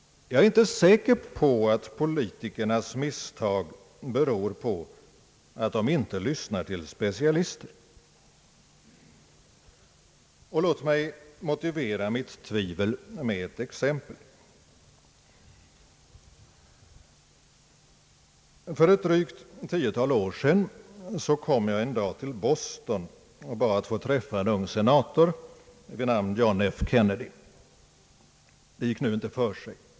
Jag är inte säker på att politikernas misstag beror på att de inte lyssnar till specialister. Låt mig motivera mitt tvivel med ett exempel. För drygt ett tiotal år sedan kom jag en dag till Boston och bad att få träffa en ung senator vid namn John F. Kennedy. Det gick nu inte för sig.